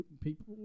People